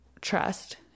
trust